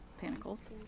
Panicles